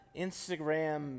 Instagram